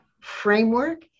framework